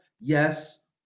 Yes